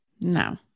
no